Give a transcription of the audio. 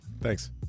Thanks